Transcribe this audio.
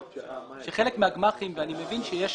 שחלק מהגמ"חים ואני מבין שיש